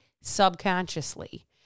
subconsciously